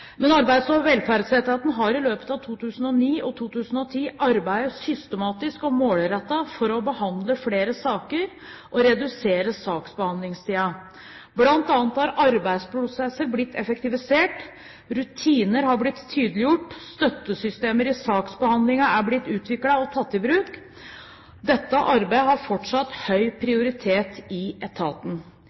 Arbeids- og velferdsetaten har i løpet av 2009 og 2010 arbeidet systematisk og målrettet for å behandle flere saker og redusere saksbehandlingstiden. Blant annet har arbeidsprosesser blitt effektivisert, rutiner har blitt tydeliggjort, og støttesystemer i saksbehandlingen er blitt utviklet og tatt i bruk. Dette arbeidet har fortsatt høy prioritet i etaten.